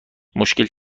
مشکل